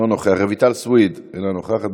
אינו נוכח, רויטל סויד, אינה נוכחת.